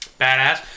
badass